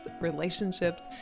relationships